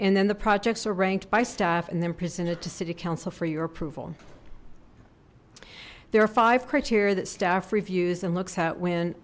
and then the projects are ranked by staff and then presented to city council for your approval there are five criteria that staff reviews and looks at when